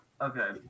Okay